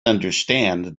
understand